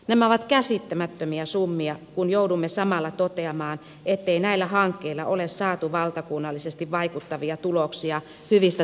nämä ovat käsittämättömiä summia kun joudumme samalla toteamaan ettei näillä hankkeilla ole saatu valtakunnallisesti vaikuttavia tuloksia hyvistä tavoitteista huolimatta